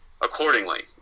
accordingly